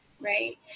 right